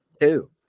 two